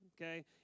Okay